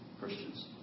Christians